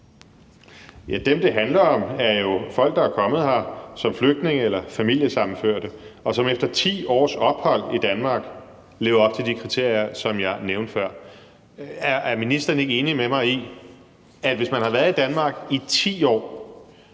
som det handler om, er jo folk, der er kommet hertil som flygtninge eller familiesammenførte, og som efter 10 års ophold i Danmark lever op til de kriterier, som jeg nævnte før. Er ministeren ikke enig med mig i, at man, hvis man har været i Danmark i 10 år